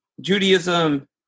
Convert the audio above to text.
Judaism